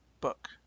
book